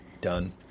done